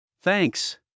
Thanks